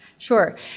Sure